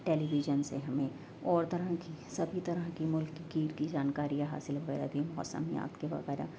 ٹیلی vision سے ہمیں اور طرح کی سبھی طرح کی ملک کی کی جانکاریاں حاصل وغیرہ موسمیات کی وغیرہ